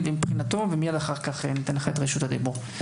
מבחינתו ומיד אחר כך ניתן לך את רשות הדיבור.